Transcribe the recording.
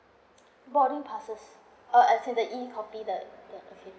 boarding passes oh uh is it the E copy the